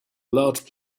large